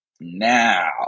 Now